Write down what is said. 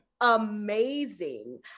amazing